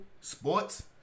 Sports